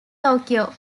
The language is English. tokyo